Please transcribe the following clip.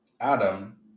Adam